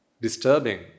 disturbing